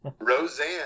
Roseanne